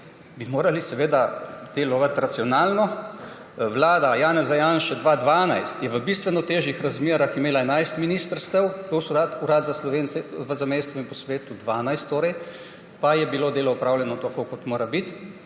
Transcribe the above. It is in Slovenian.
bi morali seveda delovati racionalno. Vlada Janeza Janše 2012 je v bistveno težjih razmerah imela 11 ministrstev plus Urad za Slovence v zamejstvu in po svetu, 12 torej, pa je bilo delo opravljeno tako, kot mora biti.